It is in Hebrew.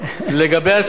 לגבי הצמיחה,